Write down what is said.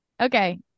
Okay